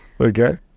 Okay